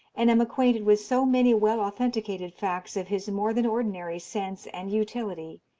and am acquainted with so many well-authenticated facts of his more than ordinary sense and utility,